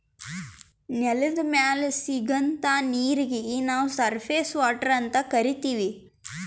ನೆಲದ್ ಮ್ಯಾಲ್ ಸಿಗಂಥಾ ನೀರೀಗಿ ನಾವ್ ಸರ್ಫೇಸ್ ವಾಟರ್ ಅಂತ್ ಕರೀತೀವಿ